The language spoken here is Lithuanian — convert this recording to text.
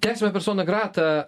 tęsiame personą gratą